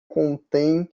contém